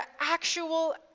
actual